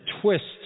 twists